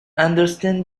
understand